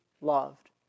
loved